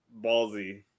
ballsy